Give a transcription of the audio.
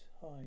hi